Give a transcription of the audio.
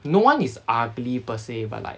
no one is ugly per se but like